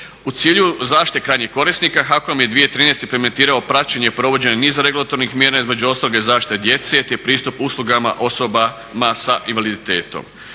U cilju zaštite krajnjih korisnika HAKOM je 2013. implementirao praćenje i provođenje niza regulatornih mjera, između ostalog je zaštita djece te pristup uslugama osobama sa invaliditetom.